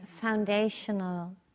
foundational